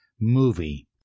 movie